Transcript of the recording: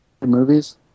movies